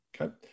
okay